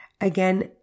again